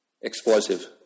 Explosive